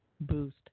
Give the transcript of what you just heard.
boost